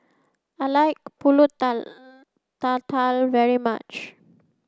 I like Pulut Tatal very much